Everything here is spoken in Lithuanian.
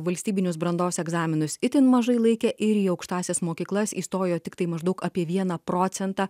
valstybinius brandos egzaminus itin mažai laikė ir į aukštąsias mokyklas įstojo tiktai maždaug apie vieną procentą